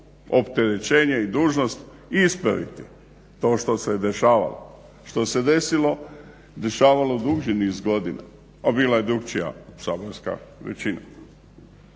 opterećenje i dužnost ispraviti to što se dešavalo, što se desilo, dešavalo duži niz godina a bila je drukčija saborska većina.